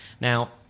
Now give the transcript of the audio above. Now